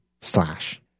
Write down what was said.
slash